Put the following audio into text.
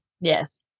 Yes